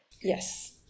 Yes